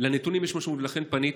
לנתונים יש משמעות, ולכן פניתי.